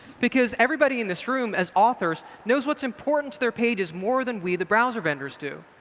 because everybody in this room as authors knows what's important to their pages more than we the browser vendors do.